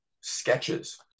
sketches